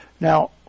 Now